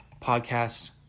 podcast